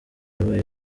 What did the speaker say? yabaye